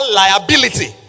liability